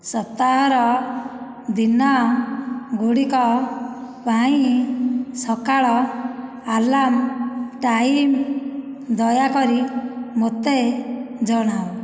ସପ୍ତାହର ଦିନ ଗୁଡ଼ିକ ପାଇଁ ସକାଳ ଆଲାର୍ମ ଟାଇମ ଦୟାକରି ମୋତେ ଜଣାଅ